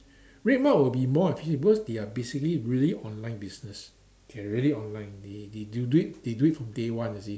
RedMart will be more efficient because they are basically really online business can really online they they do it they do it from day one you see